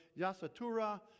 Yasatura